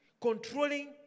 controlling